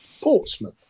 Portsmouth